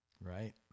Right